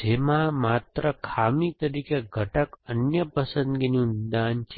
જેમાં માત્ર ખામી તરીકે ઘટક અન્ય પસંદગીનું નિદાન છે